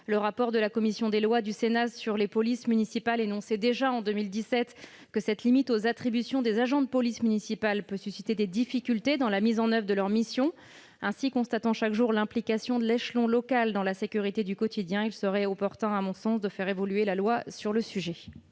un rapport de la commission des lois du Sénat sur les polices municipales indiquait déjà « que cette limite aux attributions des agents de police municipale peut susciter des difficultés dans la mise en oeuvre de leurs missions ». Constatant chaque jour l'implication de l'échelon local dans la sécurité du quotidien, j'estime qu'il serait opportun de faire évoluer la loi sur le sujet.